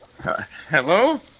Hello